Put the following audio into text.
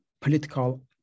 political